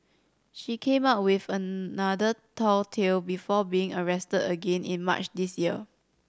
she came up with another tall tale before being arrested again in March this year